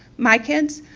my kids,